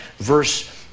verse